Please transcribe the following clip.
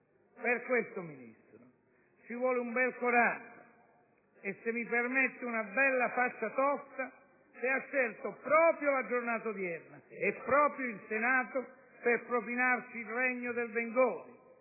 Per questo, Ministro, ci vuole un bel coraggio e - se mi permette - una bella faccia tosta ad aver scelto proprio la giornata odierna e proprio il Senato per propinarci il regno del bengodi: